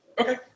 Okay